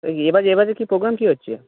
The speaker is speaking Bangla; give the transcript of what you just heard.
ও এ বারে এ বারে কি পোগ্রাম কী হচ্ছে